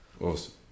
Awesome